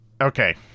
Okay